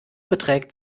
beträgt